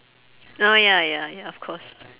oh ya ya ya of course